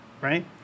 right